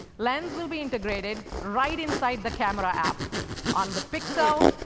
lens will be integrated right inside the camera app on the pixel,